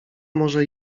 może